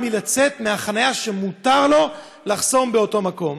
מלצאת מחניה שמותר לו לחסום באותו מקום.